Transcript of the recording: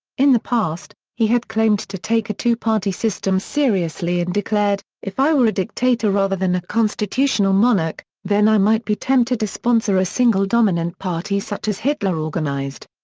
in the past, he had claimed to take a two-party system seriously and declared, if i were a dictator rather than a constitutional monarch, then i might be tempted to sponsor a single dominant party such as hitler organized.